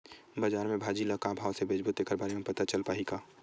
बजार में भाजी ल का भाव से बेचबो तेखर बारे में पता चल पाही का?